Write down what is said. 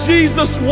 Jesus